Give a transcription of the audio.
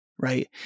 Right